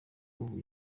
ubu